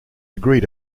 agreed